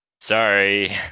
sorry